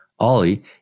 Ollie